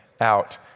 out